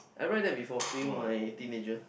I read that before during my teenager